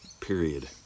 period